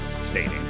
stating